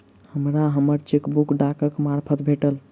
हमरा हम्मर चेकबुक डाकक मार्फत भेटल